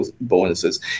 bonuses